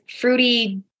fruity